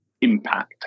impact